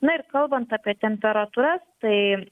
na ir kalbant apie temperatūras tai